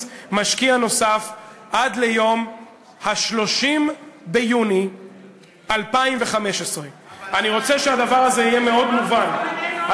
משקיע נוסף עד יום 30 ביוני 2015. שיבואו להתחנן,